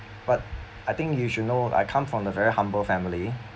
but I think you should know I come from a very humble family